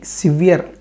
severe